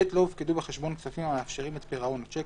(ב)לא הופקדו בחשבון כספים המאפשרים את פירעון השיק